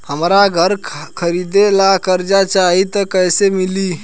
हमरा घर खरीदे ला कर्जा चाही त कैसे मिली?